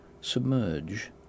Submerge